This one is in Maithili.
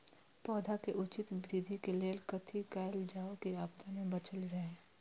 पौधा के उचित वृद्धि के लेल कथि कायल जाओ की आपदा में बचल रहे?